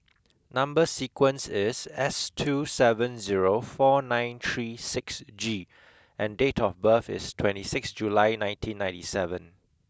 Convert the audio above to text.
number sequence is S two seven zero four nine three six G and date of birth is twenty six July nineteen ninety seven